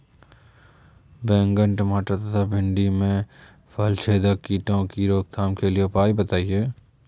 बैंगन टमाटर तथा भिन्डी में फलछेदक कीटों की रोकथाम के उपाय बताइए?